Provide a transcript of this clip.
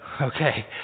Okay